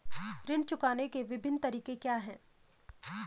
ऋण चुकाने के विभिन्न तरीके क्या हैं?